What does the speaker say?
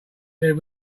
there